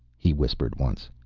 he whispered once.